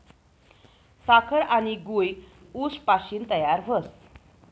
साखर आनी गूय ऊस पाशीन तयार व्हस